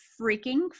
freaking